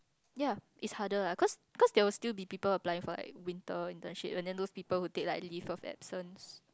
ya it's harder lah cause cause there will still be people applying for like winter internship and then those people who take leave of absence